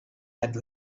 had